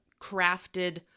crafted